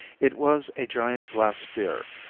it was a giant glass sphere,